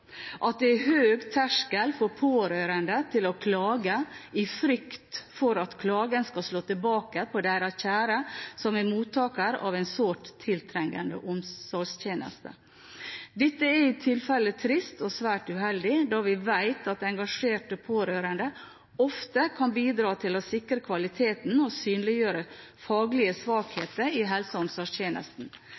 til å klage i frykt for at klagen skal slå tilbake på deres kjære som er mottaker av en sårt tiltrengt omsorgstjeneste. Dette er i tilfelle trist og svært uheldig, da vi vet at engasjerte pårørende ofte kan bidra til å sikre kvaliteten og synliggjøre faglige svakheter i helse- og